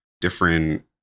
different